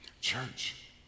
church